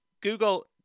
Google